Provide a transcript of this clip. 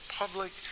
public